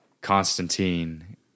Constantine